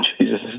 Jesus